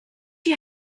you